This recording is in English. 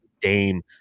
dame